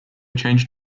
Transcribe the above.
changed